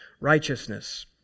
righteousness